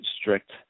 strict